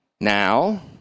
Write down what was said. now